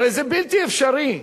הרי זה בלתי אפשרי.